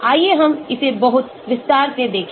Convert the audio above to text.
आइए हम इसे बहुत विस्तार से देखें